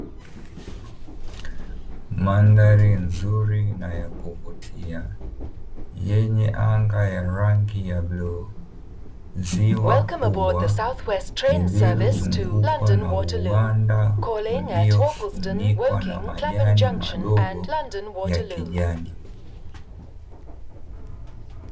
Mandhari nzuri na ya kuvutia yenye anga ya rangi ya bluu, ziwa kubwa lililozungukwa na uwanda uliofunikwa na majani madogo ya kijani.